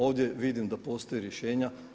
Ovdje vidim da postoje rješenja.